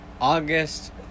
August